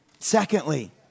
Secondly